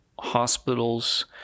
hospitals